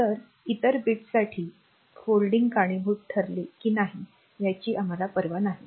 तर इतर बिट्ससाठी दुमडण्या कारणीभूत ठरते की नाही याची आम्हाला पर्वा नाही